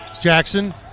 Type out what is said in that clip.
Jackson